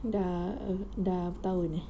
sudah um sudah bertahun eh